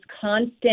constant